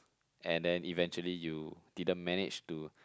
and then eventually you didn't manage to